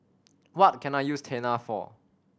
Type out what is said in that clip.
what can I use Tena for